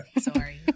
sorry